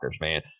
man